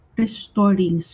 restoring